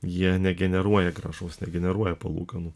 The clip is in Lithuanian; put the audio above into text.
jie negeneruoja grąžos negeneruoja palūkanų